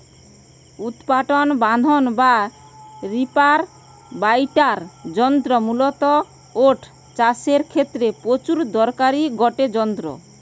উৎপাটন বাঁধন বা রিপার বাইন্ডার যন্ত্র মূলতঃ ওট চাষের ক্ষেত্রে প্রচুর দরকারি গটে যন্ত্র